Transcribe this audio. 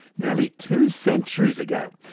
nearly two centuries ago,